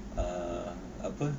ah apa